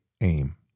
aim